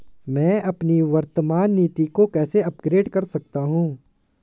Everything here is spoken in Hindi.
मैं अपनी वर्तमान नीति को कैसे अपग्रेड कर सकता हूँ?